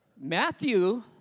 Matthew